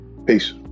Peace